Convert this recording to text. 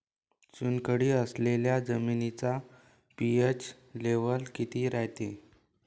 चुनखडी असलेल्या जमिनीचा पी.एच लेव्हल किती रायते?